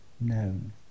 known